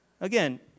Again